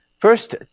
First